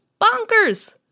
bonkers